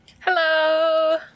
hello